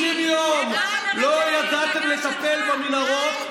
50 יום לא ידעתם לטפל במנהרות,